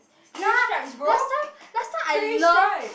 ya last time last time I love